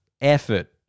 effort